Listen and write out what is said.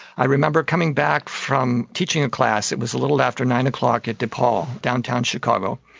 i remember coming back from teaching a class, it was a little after nine o'clock at de paul, downtown chicago,